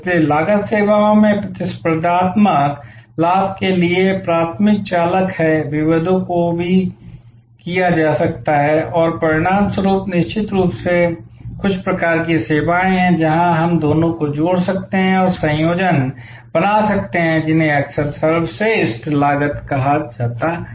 इसलिए लागत सेवाओं में प्रतिस्पर्धात्मक लाभ के लिए प्राथमिक चालक है विभेदों को भी किया जा सकता है और परिणामस्वरूप निश्चित रूप से कुछ प्रकार की सेवाएं हैं जहां हम दोनों को जोड़ सकते हैं और संयोजन बना सकते हैं जिन्हें अक्सर सर्वश्रेष्ठ लागत कहा जाता है